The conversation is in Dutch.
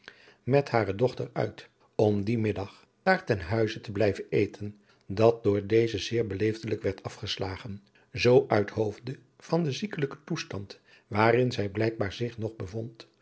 met hare dochter uit om dien middag daar ten huize te blijven eten dat door deze zeér beleefdelijk werd afgeslaadriaan loosjes pzn het leven van hillegonda buisman gen zoo uit hoofde van den ziekelijken toestand waarin zij blijkbaar zich nog bevond